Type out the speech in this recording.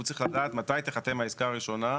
הוא צריך לדעת מתי תיחתם העסקה הראשונה,